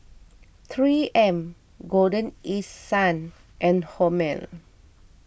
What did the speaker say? three M Golden East Sun and Hormel